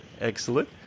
excellent